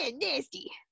nasty